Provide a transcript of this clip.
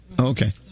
Okay